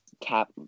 cap